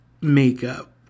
makeup